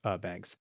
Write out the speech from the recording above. banks